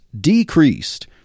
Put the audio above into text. decreased